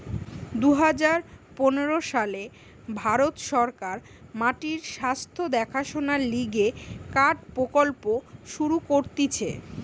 দুই হাজার পনের সালে ভারত সরকার মাটির স্বাস্থ্য দেখাশোনার লিগে কার্ড প্রকল্প শুরু করতিছে